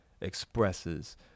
expresses